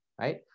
right